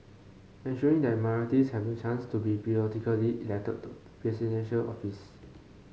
ensuring that minorities have the chance to be periodically elected to Presidential Office